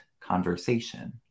conversation